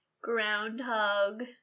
groundhog